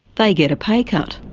they get a pay cut.